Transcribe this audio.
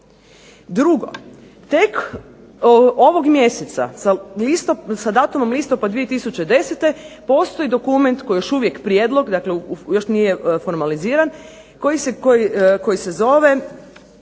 Drugo, tek ovog mjeseca sa datumom listopad 2010. postoji dokument koji je još uvijek prijedlog, dakle još nije formaliziran koji se zove